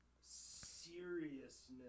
seriousness